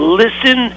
listen